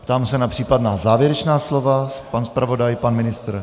Ptám se na případná závěrečná slova pan zpravodaj, pan ministr?